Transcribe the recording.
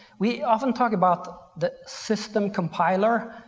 we often talk about the system compiler.